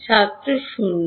ছাত্র 0